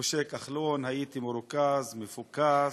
משה כחלון, הייתי מרוכז, מפוקס,